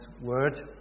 Word